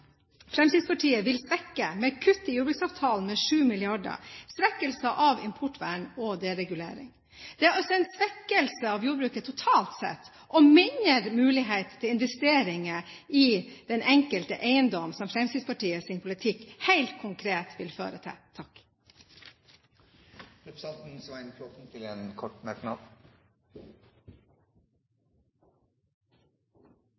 Fremskrittspartiet vil svekke, med kutt i jordbruksavtalen på 7 mrd. kr, svekkelse av importvern og deregulering. En svekkelse av jordbruket totalt sett, og mindre mulighet til investeringer i den enkelte eiendom, er altså det Fremskrittspartiets politikk helt konkret vil føre til. Svein Flåtten har hatt ordet to ganger og får ordet til en kort